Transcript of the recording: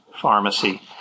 Pharmacy